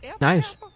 Nice